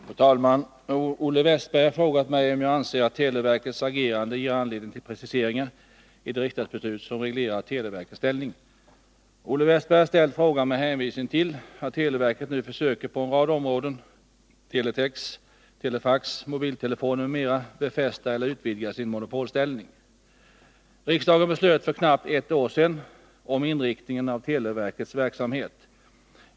Fru talman! Olle Wästberg i Stockholm har frågat mig om jag anser att televerkets agerande ger anledning till preciseringar i de riksdagsbeslut som reglerar televerkets ställning. Olle Wästberg har ställt frågan med hänvisning till att televerket nu försöker på en rad områden — teletex, telefax, mobiltelefoner m.m. — befästa eller utvidga sin monopolställning. Riksdagen beslöt för knappt ett år sedan om inriktningen av televerkets verksamhet.